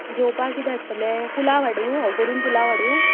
जेवपा किदें हाडटले पूलाव हाडू हांव करून पूलाव हाडू